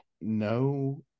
no